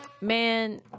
Man